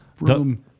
Room